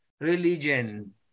religion